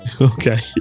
Okay